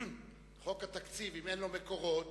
חוק התקציב, אם אין לו מקורות